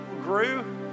grew